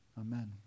Amen